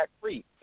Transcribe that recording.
free